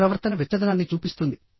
మీ ప్రవర్తన వెచ్చదనాన్ని చూపిస్తుంది